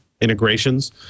integrations